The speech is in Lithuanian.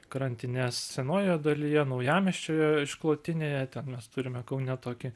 krantines senojoje dalyje naujamiesčio išklotinėje ten mes turime kaune tokį